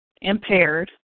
impaired